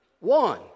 One